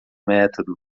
método